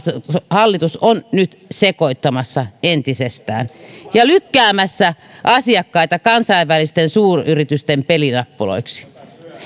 hallitus on nyt sekoittamassa entisestään ja lykkäämässä asiakkaita kansainvälisten suuryritysten pelinappuloiksi